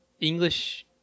English